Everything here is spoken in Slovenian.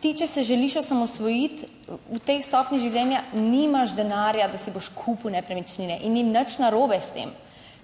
ti, če se želiš osamosvojiti v tej stopnji življenja, nimaš denarja, da si boš kupil nepremičnine in ni nič narobe s tem.